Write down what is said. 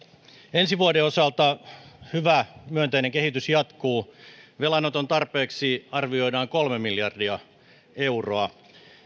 ensi vuoden osalta hyvä myönteinen kehitys jatkuu velanoton tarpeeksi arvioidaan kolme miljardia euroa